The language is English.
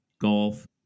golf